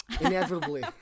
inevitably